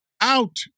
Out